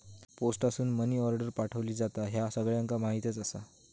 पोस्टासून money order पाठवली जाता, ह्या सगळ्यांका माहीतच आसा